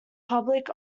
public